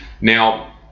Now